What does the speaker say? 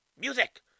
music